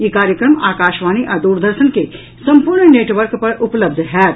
ई कार्यक्रम आकाशवाणी आ द्रदर्शन के सम्पूर्ण नेटवर्क पर उपलब्ध होयत